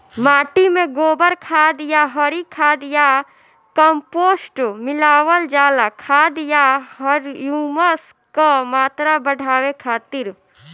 माटी में गोबर खाद या हरी खाद या कम्पोस्ट मिलावल जाला खाद या ह्यूमस क मात्रा बढ़ावे खातिर?